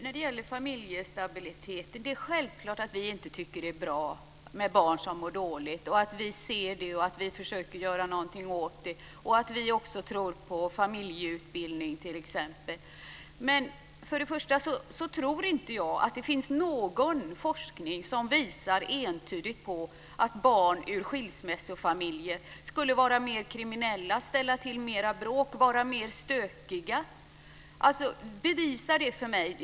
Fru talman! Självklart tycker vi inte att det är bra att barn mår dåligt. Vi ser det, och vi försöker göra någonting åt det. Vi tror också på t.ex. familjeutbildning. Men jag tror inte att någon forskning visar entydigt att barn från skilsmässofamiljer skulle vara mer kriminella, ställa till mera bråk och vara mer stökiga. Bevisa det för mig!